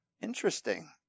Interesting